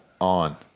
on